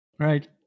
Right